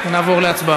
חבר הכנסת עפר